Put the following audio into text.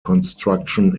construction